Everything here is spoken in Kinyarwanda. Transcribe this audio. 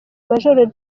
major